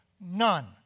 None